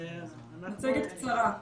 מצגת קצרה.